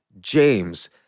James